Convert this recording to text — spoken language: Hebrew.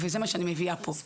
וזה מה שאני מביאה פה.